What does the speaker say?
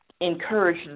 encourage